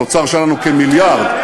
התוצר שלנו, כמיליארד.